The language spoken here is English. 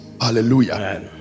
hallelujah